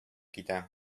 китә